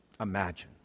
Imagine